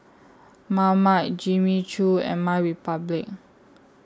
Marmite Jimmy Choo and MyRepublic